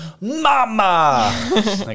Mama